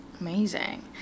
amazing